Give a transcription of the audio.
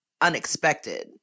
unexpected